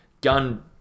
gun